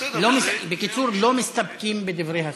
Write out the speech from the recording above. בקיצור, לא מסתפקים בדברי השר.